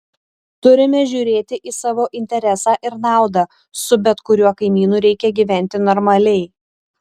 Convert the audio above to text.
turime žiūrėti į savo interesą ir naudą su bet kuriuo kaimynu reikia gyventi normaliai